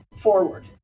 forward